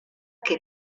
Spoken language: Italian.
che